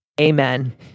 amen